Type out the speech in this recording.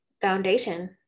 foundation